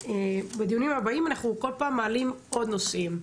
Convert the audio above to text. בדיונים הבאים אנחנו כל פעם מעלים עוד נושאים,